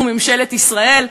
וממשלת ישראל,